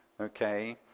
Okay